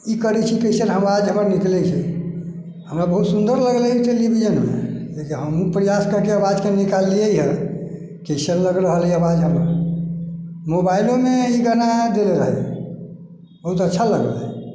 ई करै छी कइसन आवाज हमर निकलै छै हमरा बहुत सुन्दर लगलै टेलीविजनमे जे हमहूँ प्रयास कऽ कऽ आवाजके निकाललिए अइ कइसन लग रहल अइ आवाज हमर मोबाइलोमे ई गाना देलै रहै बहुत अच्छा लगलै